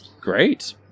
Great